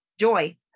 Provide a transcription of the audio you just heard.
joy